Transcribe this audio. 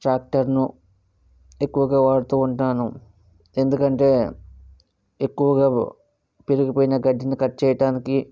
ట్రాక్టర్ను ఎక్కువుగా వాడుతూవుంటాను ఎక్కువుగా పెరిగిపోయిన గడ్డిని కట్ చేయటానికి